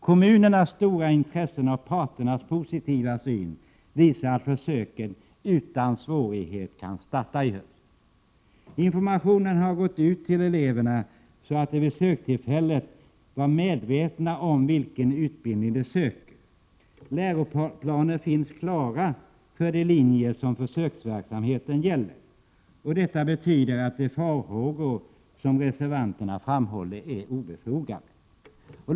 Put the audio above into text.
Kommunernas stora intresse och parternas positiva syn visar att försöket utan svårighet kan starta i höst. Informationen har gått ut till eleverna, så att de vid söktillfället är medvetna om vilken utbildning de söker. Läroplaner finns klara för de linjer försöksverksamheten gäller. Detta betyder att reservanternas farhågor är obefogade.